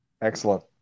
excellent